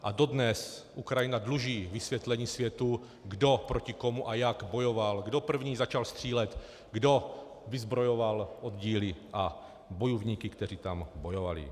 A dodnes Ukrajina dluží vysvětlení světu, kdo proti komu a jak bojoval, kdo první začal střílet, kdo vyzbrojoval oddíly a bojovníky, kteří tam bojovali.